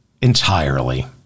entirely